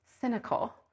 cynical